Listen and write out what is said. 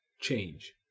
change